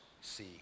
see